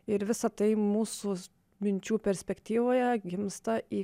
ir visa tai mūsų minčių perspektyvoje gimsta į